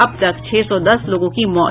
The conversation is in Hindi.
अब तक छह सौ दस लोगों की मौत